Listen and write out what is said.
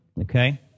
Okay